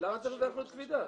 למה זאת אחריות קפידה?